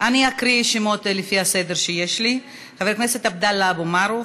אני אקריא את השמות לפי הסדר שיש לי: חבר הכנסת עבדאללה אבו מערוף,